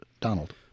Donald